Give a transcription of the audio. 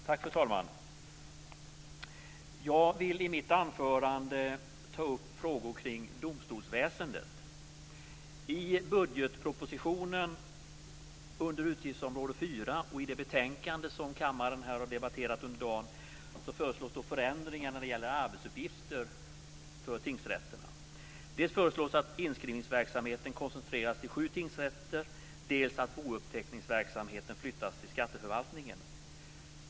Fru talman! Jag vill i mitt anförande ta upp frågor kring domstolsväsendet. I budgetpropositionen under utgiftsområde 4 och i det betänkande som kammaren har debatterat under dagen föreslås förändringar när det gäller arbetsuppgifterna för tingsrätterna. Dels föreslås att inskrivningsverksamheten koncentreras till sju tingsrätter, dels att bouppteckningsverksamheten flyttas till skatteförvaltningen.